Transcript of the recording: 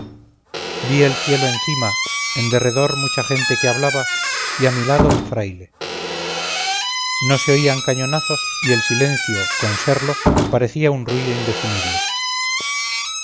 vi el cielo encima en derredor mucha gente que hablaba y a mi lado un fraile no se oían cañonazos y el silencio con serlo parecía un ruido indefinible